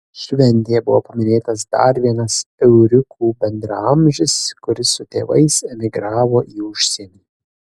šventėje buvo paminėtas dar vienas euriukų bendraamžis kuris su tėvais emigravo į užsienį